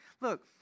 Look